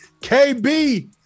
KB